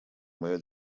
моя